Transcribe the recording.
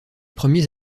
premiers